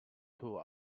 two